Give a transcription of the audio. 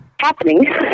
happening